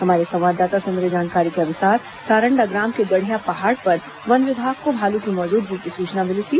हमारे संवाददाता से मिली जानकारी के अनुसार सारंडा ग्राम के गढ़िया पहाड़ पर वन विभाग को भालू की मौजूदगी की सूचना मिली थी